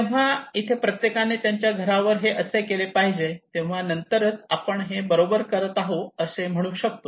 तेव्हा इथे प्रत्येकाने त्याच्या घरावर हे असे केले पाहिजे तेव्हा नंतरच आपण हे बरोबर करत आहोत असे म्हणू शकतो